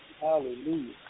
Hallelujah